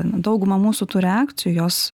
dauguma mūsų tų reakcijų jos